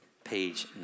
Page